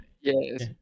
Yes